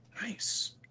Nice